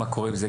מה קורה עם זה?